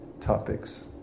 topics